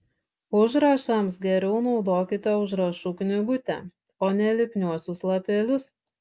užrašams geriau naudokite užrašų knygutę o ne lipniuosius lapelius